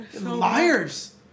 liars